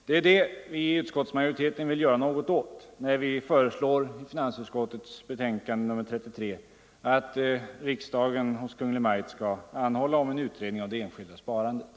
Det är detta vi i utskottsmajoriteten vill göra något åt när vi föreslår i finansutskottets betänkande nr 33 att riksdagen hos Kungl. Maj:t skall anhålla om en utredning av det enskilda sparandet.